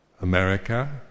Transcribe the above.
America